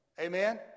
Amen